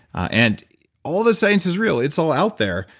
and all the science is real. it's all out there.